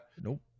Nope